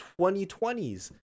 2020s